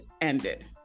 ended